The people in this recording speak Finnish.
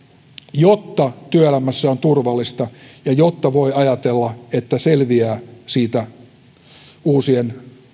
jotta työelämässä on turvallista ja jotta voi ajatella että selviää uusien